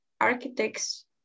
architects